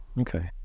okay